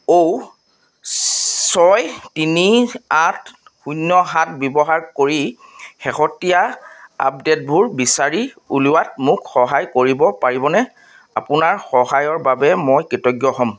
অ' ছয় তিনি আঠ শূন্য সাত ব্যৱহাৰ কৰি শেহতীয়া আপডে'টবোৰ বিচাৰি উলিওৱাত মোক সহায় কৰিব পাৰিবনে আপোনাৰ সহায়ৰ বাবে মই কৃতজ্ঞ হ'ম